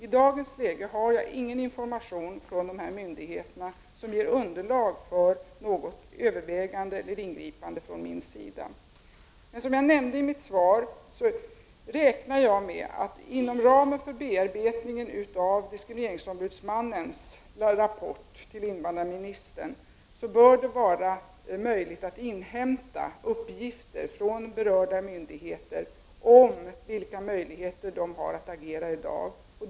I dagens läge har jag ingen information från dessa myndigheter som ger underlag för något övervägande om ingripande från min sida. Men som jag nämnde i mitt svar räknar jag med att det inom ramen för bearbetningen av diskrimineringsombudsmannens rapport till invandrarministern bör vara möjligt att inhämta uppgifter från berörda myndigheter om vilka möjligheter de har att agera i dag.